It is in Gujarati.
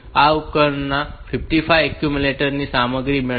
તેથી આ કિસ્સામાં ઉપકરણ 55 એક્યુમ્યુલેટર ની સામગ્રી મેળવશે